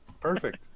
perfect